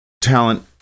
talent